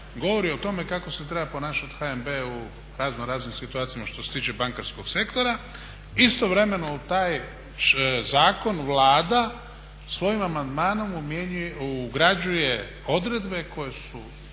govori o tome kako se treba ponašati HNB u razno raznim situacijama što se tiče bankarskog sektora. Istovremeno u taj zakon Vlada svojim amandmanom ugrađuje odredbe koje su